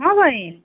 हँ बहिन